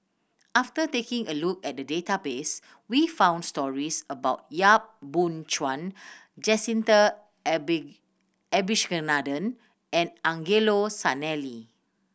after taking a look at the database we found stories about Yap Boon Chuan Jacintha Abisheganaden and Angelo Sanelli